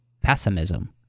pessimism